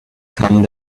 come